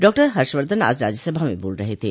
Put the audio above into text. डॉ हर्षवर्धन आज राज्यसभा में बोल रहे थे